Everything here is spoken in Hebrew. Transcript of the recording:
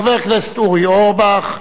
חבר הכנסת אורי אורבך,